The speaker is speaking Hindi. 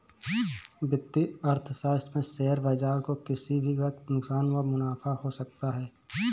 वित्तीय अर्थशास्त्र में शेयर बाजार को किसी भी वक्त नुकसान व मुनाफ़ा हो सकता है